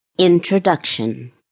Introduction